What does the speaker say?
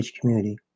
community